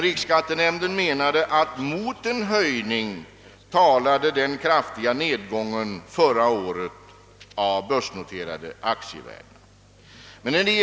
Riksskattenämnden ansåg att mot en höjning talade den kraftiga nedgången av börsnoterade aktievärden förra året.